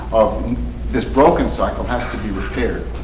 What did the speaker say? this broken cycle, has to be repaired.